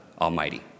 Almighty